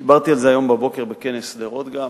דיברתי על זה היום בבוקר בכנס שדרות, גם.